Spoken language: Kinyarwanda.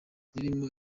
ririmo